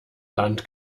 land